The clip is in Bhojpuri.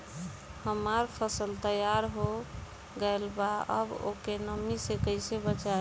हमार फसल तैयार हो गएल बा अब ओके नमी से कइसे बचाई?